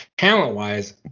Talent-wise